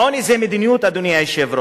העוני זה מדיניות, אדוני היושב-ראש.